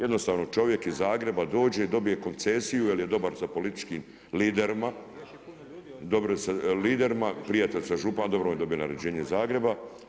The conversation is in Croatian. Jednostavno čovjek iz Zagreba dođe i dobije koncesiju jer je dobar sa političkim liderima, prijatelj sa županom, dobro on je dobio naređenje iz Zagreba.